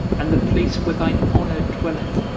and the place where thine honour dwelleth.